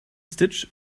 stitch